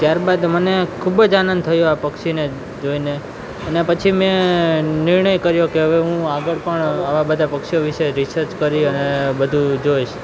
ત્યાર બાદ મને ખૂબ જ આનંદ થયો આ પક્ષીને જોઈને એના પછી મે નિર્ણય કર્યો કે હવે હું આગળ પણ આવા બધા પક્ષીઓ વિશે રિસર્ચ કરી અને બધું જોઈશ